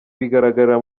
bigaragarira